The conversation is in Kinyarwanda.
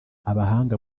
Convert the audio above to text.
abahanga